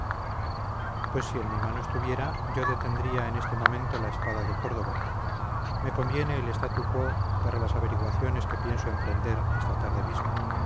pues si en mi mano estuviera yo detendría en este momento la espada de córdova me conviene el statu quo para las averiguaciones que pienso emprender esta tarde misma